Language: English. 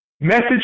message